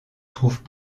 trouvent